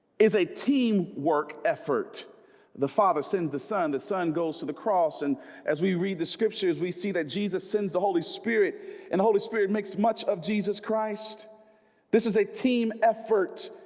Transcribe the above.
is a team work effort the father sends the son the son goes to the cross and as we read the scriptures we see that jesus sends the holy spirit and the holy spirit makes much of jesus christ this is a team effort.